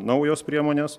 naujos priemonės